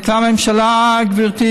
הייתה ממשלה, גברתי,